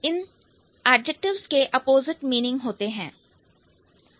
इन सटीक एडजेक्टिव्स के opposite meaning होते हैं